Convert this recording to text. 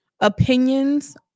opinions